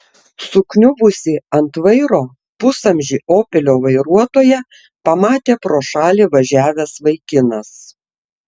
sukniubusį ant vairo pusamžį opelio vairuotoją pamatė pro šalį važiavęs vaikinas